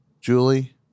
Julie